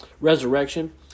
resurrection